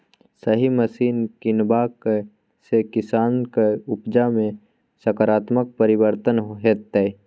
सही मशीन कीनबाक सँ किसानक उपजा मे सकारात्मक परिवर्तन हेतै